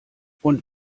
und